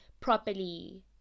properly